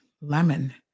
lemon